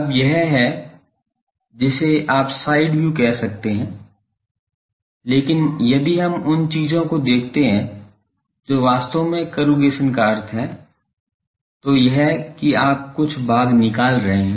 अब यह वह है जिसे आप साइड व्यू कह सकते हैं लेकिन यदि हम उन चीजों को देखते हैं जो वास्तव में करुगेशन का अर्थ हैं तो यह कि आप कुछ भाग निकाल रहे हैं